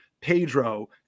Pedro